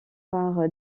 par